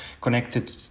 connected